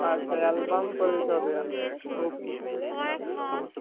আচ্ছা অ্যালবাম করে দিতে হবে ওকে হুম